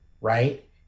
right